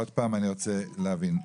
עוד פעם, אני רוצה להבין.